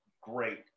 great